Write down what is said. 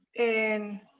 and.